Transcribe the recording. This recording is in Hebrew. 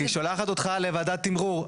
היא שולחת אותך לוועדת תמרור.